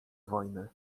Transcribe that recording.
wojny